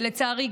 ולצערי,